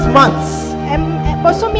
months